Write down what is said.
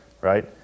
right